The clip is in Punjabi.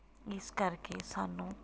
ਇਸ ਕਰਕੇ ਸਾਨੂੰ